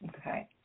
Okay